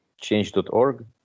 Change.org